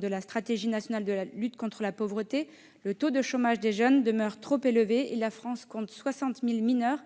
la stratégie nationale de prévention et de lutte contre la pauvreté. Le taux de chômage des jeunes demeure trop élevé. La France compte 60 000 mineurs